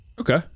Okay